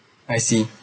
I see